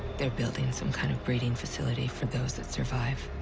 they're building some kind of breeding facility for those that survive.